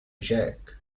جاك